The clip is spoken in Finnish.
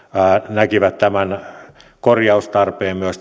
näkivät tämän korjaustarpeen myös